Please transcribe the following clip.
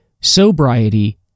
Sobriety